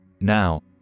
Now